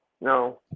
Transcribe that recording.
No